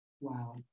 Wow